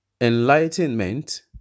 enlightenment